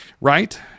Right